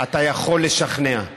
אתה יכול לשכנע,